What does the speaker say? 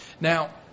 Now